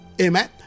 Amen